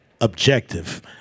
objective